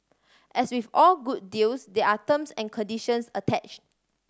as with all good deals there are terms and conditions attach